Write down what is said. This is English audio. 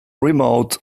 remote